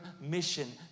mission